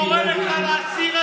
ואני קורא לך להסיר את זה.